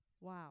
Wow